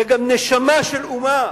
זה גם נשמה של אומה,